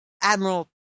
Admiral